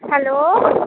hello